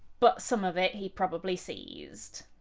but some of it he probably seized.